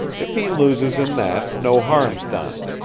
if he loses in that, no harm's done.